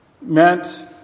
meant